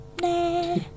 nah